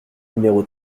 numéro